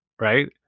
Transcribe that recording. right